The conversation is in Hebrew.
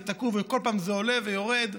כל פעם זה עולה ויורד.